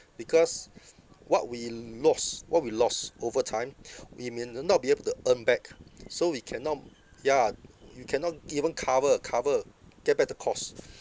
because what we l~ lost what we lost over time we may n~ not be able to earn back so we cannot ya you cannot even cover cover get back the cost